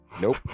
Nope